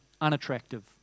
unattractive